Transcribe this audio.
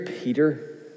Peter